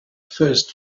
first